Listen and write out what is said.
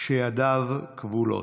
כשידיו כבולות.